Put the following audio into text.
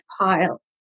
pile